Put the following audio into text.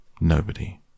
Nobody